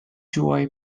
joy